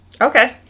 Okay